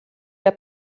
der